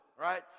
right